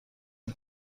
اون